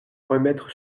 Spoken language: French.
remettre